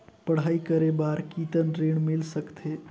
पढ़ाई करे बार कितन ऋण मिल सकथे?